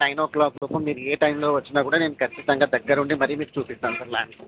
nine o'clock లోపు మీరు ఏ టైంలో వచ్చినా కూడా నేను ఖచ్చితంగా దగ్గర ఉంది మరీ మీకు చూపిస్తాను సార్ ల్యాండ్